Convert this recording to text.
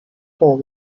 whole